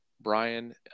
Brian